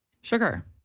Sugar